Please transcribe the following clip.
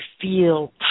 feel